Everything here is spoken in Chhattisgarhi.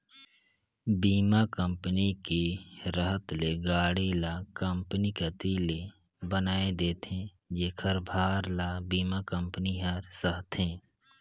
बीमा के रहत ले गाड़ी ल कंपनी कति ले बनाये देथे जेखर भार ल बीमा कंपनी हर सहथे